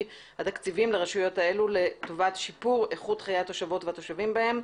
התקציבים לרשויות האלה לטובת שיפור איכות חיי התושבים והתושבות בהם.